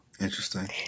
interesting